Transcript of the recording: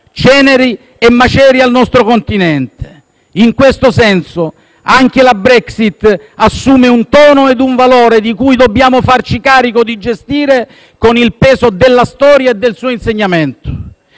ceneri e macerie al nostro continente. In questo senso, anche la Brexit assume un tono e un valore che dobbiamo farci carico di gestire con il peso della storia e del suo insegnamento.